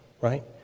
right